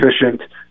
efficient